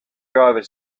driver